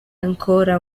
ancora